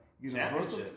Universal